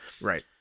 Right